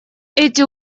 эти